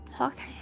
Okay